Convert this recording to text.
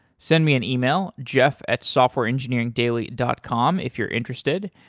send me an email, jeff at softwareengineeringdaily dot com if you're interested.